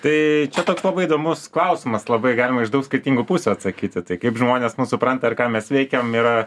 tai čia toks labai įdomus klausimas labai galima iš daug skirtingų pusių atsakyti tai kaip žmonės mus supranta ir ką mes veikiam yra